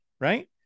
right